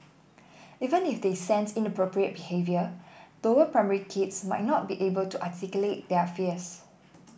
even if they sense inappropriate behaviour lower primary kids might not be able to articulate their fears